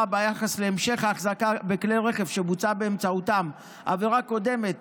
ביחס להמשך ההחזקה בכלי רכב שבוצע באמצעותם עבירה קודמת